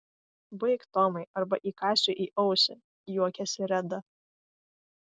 baik tomai arba įkąsiu į ausį juokėsi reda